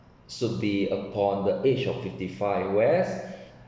should be upon the age of fifty five whereas